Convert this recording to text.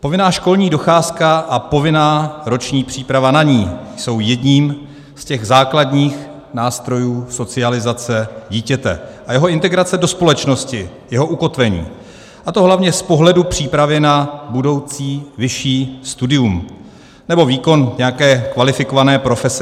Povinná školní docházka a povinná roční příprava na ni jsou jedním z těch základních nástrojů socializace dítěte a jeho integrace do společnosti, jeho ukotvení, a to hlavně z pohledu přípravy na budoucí vyšší studium nebo výkon nějaké kvalifikované profese.